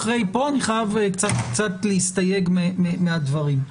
פה אני חייב קצת להסתייג מהדברים.